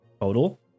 total